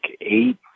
eight